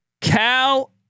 Cal